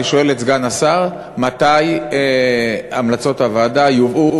אני שואל את סגן השר: מתי המלצות הוועדה יובאו,